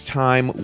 time